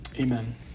Amen